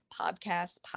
Podcast